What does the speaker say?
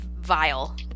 vile